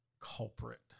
culprit